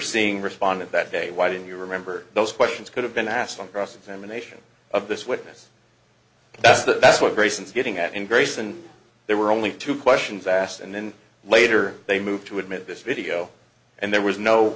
seeing respondent that day why do you remember those questions could have been asked on cross examination of this witness that's that's what grayson is getting at in greece and there were only two questions asked and then later they moved to admit this video and there was no